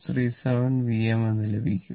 637 Vm എന്ന് ലഭിക്കും